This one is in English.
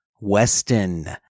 Weston